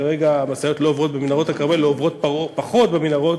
כרגע המשאיות לא עוברות במנהרות הכרמל עוברות פחות במנהרות,